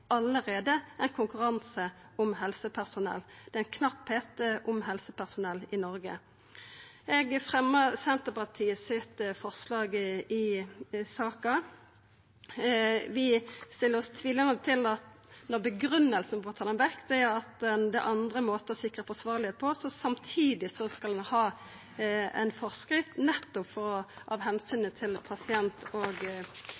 ein konkurranse om helsepersonell. Det er knapt om helsepersonell i Noreg. Eg fremjar Senterpartiet og Sosialistisk Venstrepartis forslag i saka. Vi stiller oss tvilande når grunngjevinga for å ta det vekk er at det er andre måtar der ein sikrar at det er forsvarleg. Samtidig skal ein ha ei forskrift, nettopp av